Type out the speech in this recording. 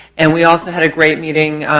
and we also had a great meeting,